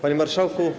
Panie Marszałku!